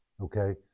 Okay